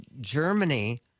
Germany